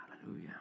Hallelujah